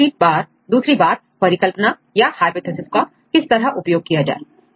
अब दूसरी बात परिकल्पना या हाइपोथेसिस का किस तरह उपयोग किया जाए